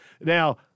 Now